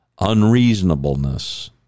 unreasonableness